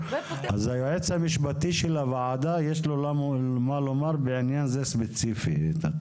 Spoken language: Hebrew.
אז היועץ המשפטי של הוועדה יש לו מה לומר בעניין זה ספציפית.